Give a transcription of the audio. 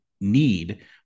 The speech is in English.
need